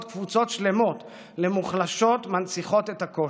קבוצות שלמות למוחלשות מנציחות את הקושי.